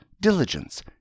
diligence